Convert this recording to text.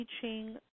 teaching